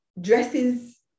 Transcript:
dresses